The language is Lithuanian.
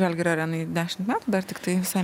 žalgirio arenai dešimt metų dar tiktai visai